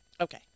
Okay